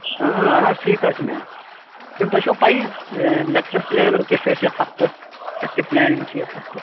اہن حظ ٹھیٖک حظ چھُ میم میم تۄہہِ چھو حظ پَے یہِ لیٚکچر پٕلانَر کیاہ چھُ اَسہِ یَتھ ہفتَس اَسہِ کیاہ پٕلانِنٛگ چھِ یَتھ ہفتَس